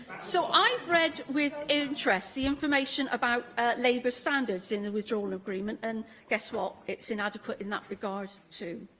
so, i've read with interest the information about labour standards in the withdrawal agreement, and guess what? it's inadequate in that regard too.